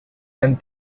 and